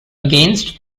against